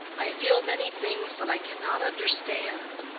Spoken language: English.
i feel many things that i cannot understand.